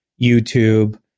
YouTube